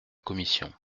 commission